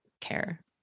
care